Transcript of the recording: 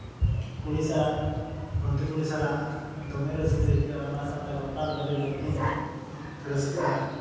ᱠᱩᱲᱤ ᱥᱟᱞᱟᱜ ᱞᱩᱢᱛᱤ ᱠᱩᱲᱤ ᱥᱟᱞᱟᱜ ᱫᱚᱢᱮ ᱨᱟᱹᱥᱠᱟᱹ ᱟᱹᱭᱠᱟᱹᱜᱼᱟ ᱚᱱᱟ ᱥᱟᱶᱛᱮ ᱵᱟᱯᱞᱟ ᱨᱮᱫᱚ ᱟᱹᱰᱤ ᱵᱟᱹᱲᱛᱤᱧ ᱨᱟᱹᱥᱠᱟᱹᱜᱼᱟ